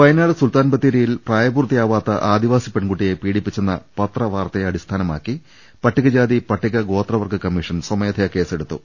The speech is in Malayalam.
വയനാട് സുൽത്താൻ ബത്തേരിയിൽ പ്രായപൂർത്തിയാവാത്ത ആദിവാസി പെൺകുട്ടിയെ പീഡിപ്പിച്ചെന്ന പത്രവാർത്തയെ അടിസ്ഥാ നമാക്കി പട്ടിക ജാതി പട്ടിക ഗോത്ര വർഗ കമ്മീഷൻ സ്വമേധയാ കേസെടുത്തു